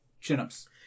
chin-ups